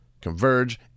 Converge